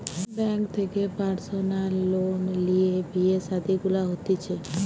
bank থেকে personal loan লিয়ে বিয়ে শাদী গুলা হতিছে